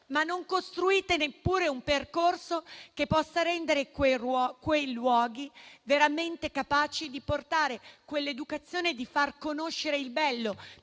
ma non costruite neppure un percorso che possa rendere quei luoghi veramente capaci di educare, di far conoscere il bello,